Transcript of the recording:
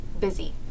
busy